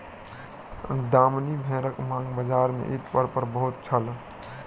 दामनी भेड़क मांग बजार में ईद पर्व पर बहुत छल